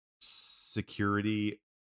security